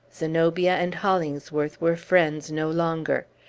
zenobia and hollingsworth were friends no longer.